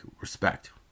respect